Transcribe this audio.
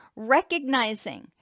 recognizing